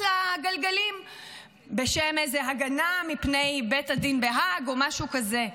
לגלגלים בשם איזו הגנה מפני בית הדין בהאג או משהו כזה.